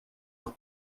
noch